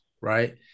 Right